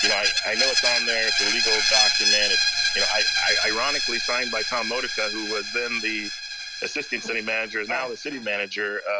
you know i i know it's on there, it's a legal document, and you know ironically signed by tom motyka, who was then the assistant city manager, he's now the city manager,